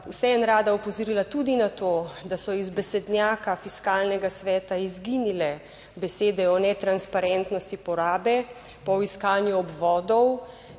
vseeno rada opozorila tudi na to, da so iz besednjaka Fiskalnega sveta izginile besede o netransparentnosti porabe, po iskanju obvodov.